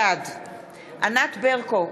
בעד ענת ברקו,